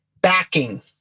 backing